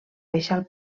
baixar